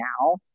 now